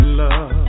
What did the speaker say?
love